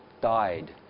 died